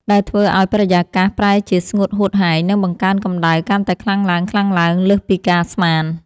ដែលធ្វើឱ្យបរិយាកាសប្រែជាស្ងួតហួតហែង និងបង្កើនកម្ដៅកាន់តែខ្លាំងឡើងៗលើសពីការស្មាន។